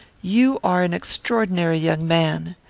you are an extraordinary young man.